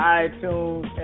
iTunes